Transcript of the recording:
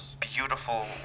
beautiful